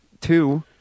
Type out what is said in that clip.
two